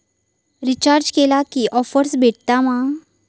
Recharge केला की offers भेटात मा?